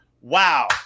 wow